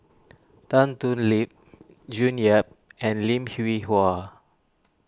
Tan Thoon Lip June Yap and Lim Hwee Hua